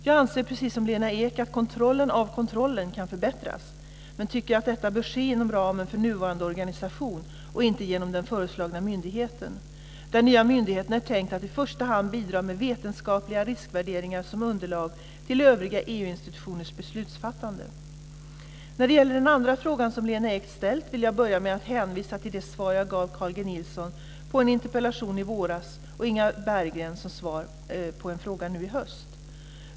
Jag anser, precis som Lena Ek, att kontrollen av kontrollen kan förbättras men tycker att detta bör ske inom ramen för nuvarande organisation och inte genom den föreslagna myndigheten. Den nya myndigheten är tänkt att i första hand bidra med vetenskapliga riskvärderingar som underlag till övriga EU När det gäller den andra frågan som Lena Ek ställt vill jag börja med att hänvisa till de svar jag gav Carl G Nilsson på en interpellation i våras och Inga Berggren på en fråga nu i höst.